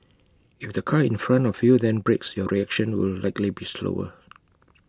if the car in front of you then brakes your reaction will likely be slower